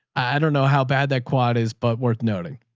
i don't know how bad that quad is, but worth noting.